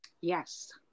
Yes